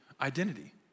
identity